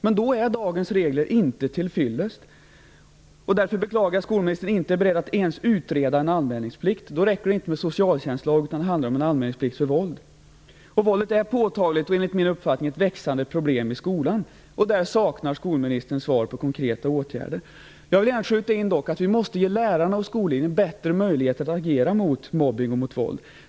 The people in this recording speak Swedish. Men då är dagens regler inte till fyllest. Därför beklagar jag att skolministern inte ens är beredd att utreda en anmälningsplikt. Det räcker inte med socialtjänstlagen, utan det skulle handla om en anmälningsplikt för våld. Våldet är påtagligt och enligt min uppfattning ett växande problem i skolan. Skolministern saknar svar på frågan om konkreta åtgärder. Jag vill gärna skjuta in att vi måste ge lärare och skolledning bättre möjligheter att agera mot mobbning och mot våld.